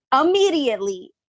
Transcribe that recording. immediately